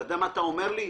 אתה יודע מה אתה אומר לי?